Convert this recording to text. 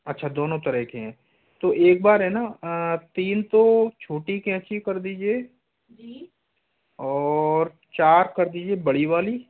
अच्छा दोनों तरह के हैं तो एक बार हैं ना तीन तो छोटी कैंची कर दीजिए और चार कर दीजिए बड़ी वाली